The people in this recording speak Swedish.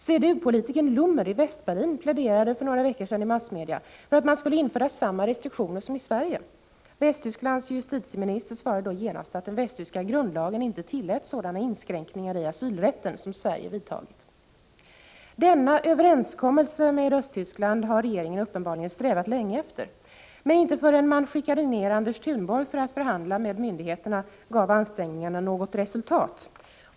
CDU-politikern Lummer i Västberlin pläderade för några veckor sedan i massmedia för att man skulle införa samma restriktioner som i Sverige. Västtysklands justitieminister svarade då genast att den västtyska grundlagen inte tillät sådana inskränkningar i asylrätten som Sverige vidtagit. Denna överenskommelse med Östtyskland har regeringen uppenbarligen strävat länge efter. Men inte förrän man skickade ner Anders Thunborg för att förhandla med myndigheterna gav ansträngningarna något resultat.